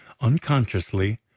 unconsciously